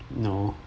no